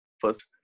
first